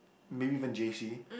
maybe even J_C